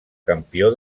campió